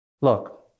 Look